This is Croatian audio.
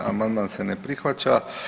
Amandman se ne prihvaća.